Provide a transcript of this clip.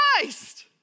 Christ